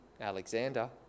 Alexander